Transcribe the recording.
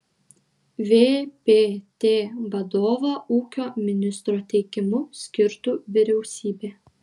vpt vadovą ūkio ministro teikimu skirtų vyriausybė